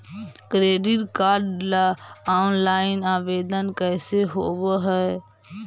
Credit card ल online आवेदन कैसे होब है?